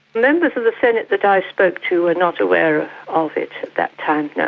members of the senate that i spoke to were not aware of it at that time, no.